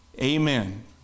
Amen